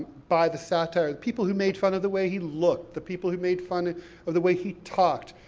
by the satire. people who made fun of the way he looked, the people who made fun of the way he talked.